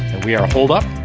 we are holed up.